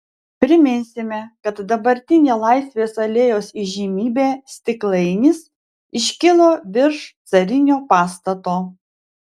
priminsime kad dabartinė laisvės alėjos įžymybė stiklainis iškilo virš carinio pastato